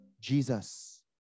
Jesus